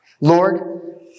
Lord